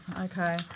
okay